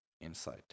inside